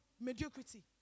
mediocrity